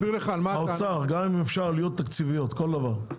האוצר, אם אפשר גם עלויות תקציביות, כל דבר.